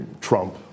Trump